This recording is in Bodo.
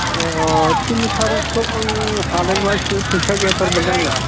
अ थिनि सारिथ' आं हानाय नङा इसे फैसा गैया थारमाने आंनाव